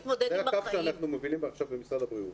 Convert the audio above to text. זה הקו שאנחנו מובילים עכשיו במשרד הבריאות.